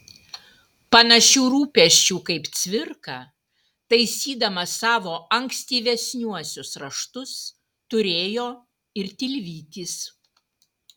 panašių rūpesčių kaip cvirka taisydamas savo ankstyvesniuosius raštus turėjo ir tilvytis